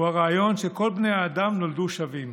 הוא הרעיון שכל בני האדם נולדו שווים,